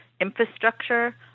infrastructure